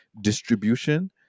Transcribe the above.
distribution